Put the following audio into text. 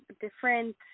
different